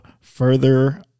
further